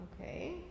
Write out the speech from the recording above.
Okay